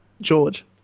George